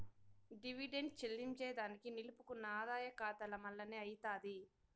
dividend చెల్లింజేదానికి నిలుపుకున్న ఆదాయ కాతాల మల్లనే అయ్యితాది